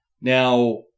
now